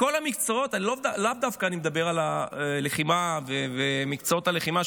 אני לאו דווקא מדבר על מקצועות הלחימה,